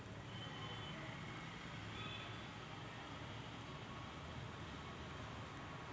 आंतरराष्ट्रीय कर आकारणी म्हणजे एखाद्या व्यक्ती किंवा व्यवसायावरील कराचा अभ्यास किंवा निर्धारण